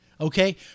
okay